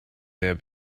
der